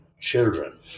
children